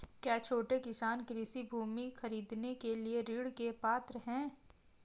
क्या छोटे किसान कृषि भूमि खरीदने के लिए ऋण के पात्र हैं?